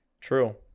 True